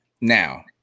now